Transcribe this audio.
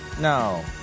No